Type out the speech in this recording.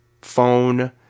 phone